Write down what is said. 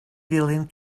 ddilyn